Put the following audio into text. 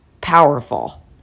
powerful